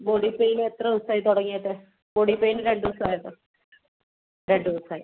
body pain എത്ര ദിവസമായി തുടങ്ങിയിട്ട് ബോഡി പെയിൻ രണ്ട് ദിവസമായി രണ്ട് ദിവസമായി